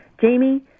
Jamie